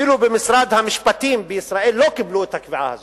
אפילו במשרד המשפטים בישראל לא קיבלו את הקביעה הזאת,